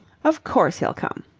of course he'll come